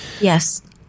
yes